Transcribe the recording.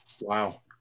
Wow